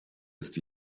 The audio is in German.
ist